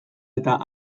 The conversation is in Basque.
eta